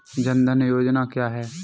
जनधन योजना क्या है?